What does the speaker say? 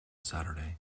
saturday